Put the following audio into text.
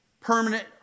permanent